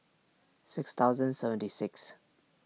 six thousand seventy six